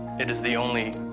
it is the only